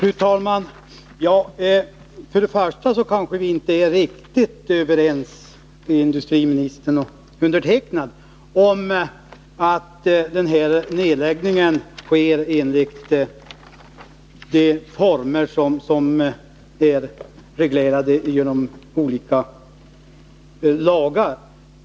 Fru talman! Först vill jag säga att industriministern och jag inte är riktigt överens om att den här nedläggningen sker i de former som föreskrivs i olika lagar.